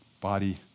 body